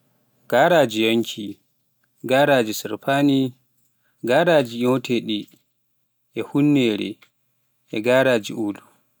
garaji nyonki, garaji surfaani, garaji nyoteeki hunnere e garaji olu.